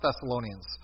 Thessalonians